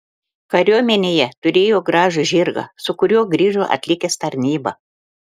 kariuomenėje turėjo gražų žirgą su kuriuo grįžo atlikęs tarnybą